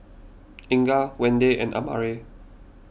Inga Wende and Amare